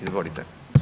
Izvolite.